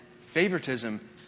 Favoritism